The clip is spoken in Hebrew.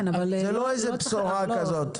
זה לא איזו בשורה כזאת.